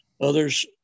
Others